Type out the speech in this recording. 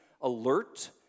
alert